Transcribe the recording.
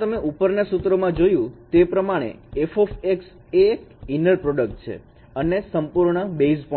તમે ઉપરના સૂત્રમાં જોયું તે પ્રમાણે f એ એક inner product છે અને સંપૂર્ણ બેઝ પણ છે